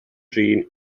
drin